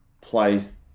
plays